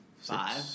Five